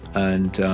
and